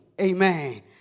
Amen